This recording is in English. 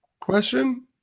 Question